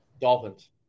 Dolphins